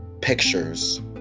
pictures